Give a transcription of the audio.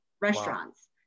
restaurants